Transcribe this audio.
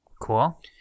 Cool